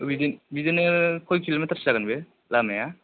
बिदि बिदिनो खय किल'मिटारसो जागोन बे लामाया